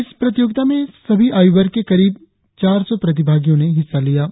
इस प्रतियोगिता में सभी आयु वर्ग के करीब चार सौ प्रतिभागियों ने हिस्सा लिया है